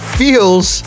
feels